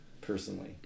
personally